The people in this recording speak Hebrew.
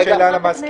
יש לי שאלה למזכירה.